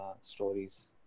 stories